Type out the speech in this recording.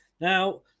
Now